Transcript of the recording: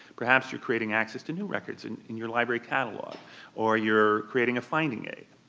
perhaps you're creating access to new records and in your library catalog or you're creating a finding aid.